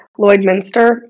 Lloydminster